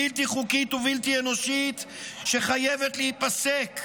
בלתי חוקית ובלתי אנושית שחייבת להיפסק,